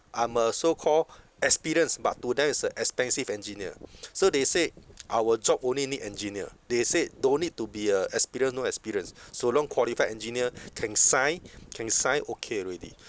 I'm a so-called experienced but to them is a expensive engineer so they said our job only need engineer they said don't need to be uh experience no experience so long qualified engineer can sign can sign okay already